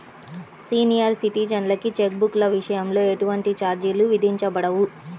senior సిటిజన్లకి cheque బుక్ల విషయంలో ఎటువంటి ఛార్జీలు విధించబడవు